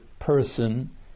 person